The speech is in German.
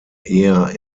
eher